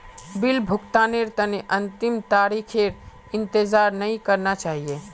bill भुगतानेर तने अंतिम तारीखेर इंतजार नइ करना चाहिए